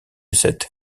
cette